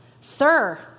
Sir